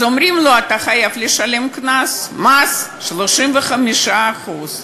אומרים לו: אתה חייב לשלם קנס, 35% מס.